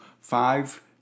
five